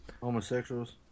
Homosexuals